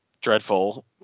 dreadful